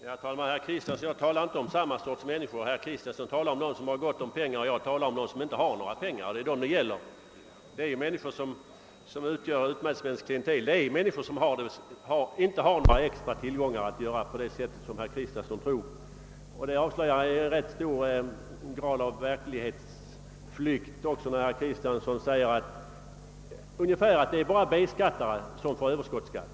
Herr talman! Herr Kristenson och jag talar inte om samma sorts människor. Han talar om dem som har gott om pengar och jag talar om dem som inte har några pengar. Det är de senare frågan gäller. De människor som utgör utmätningsklientelet har inte några extra tillgångar att handskas med på det sätt som herr Kristenson gör gällande. Det avslöjar också en rätt hög grad av verklighetsflykt när herr Kristenson säger att nästan bara B-skattare får överskottsskatt.